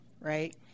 right